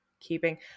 keeping